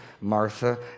Martha